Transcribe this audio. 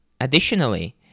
additionally